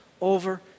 over